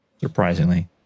surprisingly